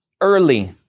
early